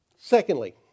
Secondly